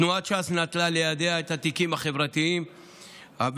תנועת ש"ס נטלה לידיה את התיקים החברתיים והמאתגרים,